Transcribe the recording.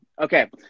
okay